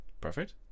Perfect